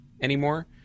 anymore